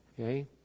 Okay